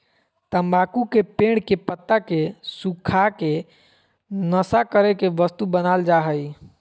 तम्बाकू के पेड़ के पत्ता के सुखा के नशा करे के वस्तु बनाल जा हइ